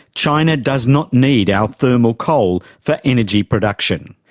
china does not need our thermal coal for energy production.